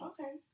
Okay